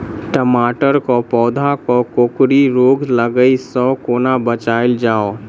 टमाटर केँ पौधा केँ कोकरी रोग लागै सऽ कोना बचाएल जाएँ?